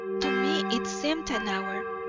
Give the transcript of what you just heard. to me it seemed an hour,